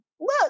Look